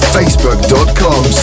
facebook.com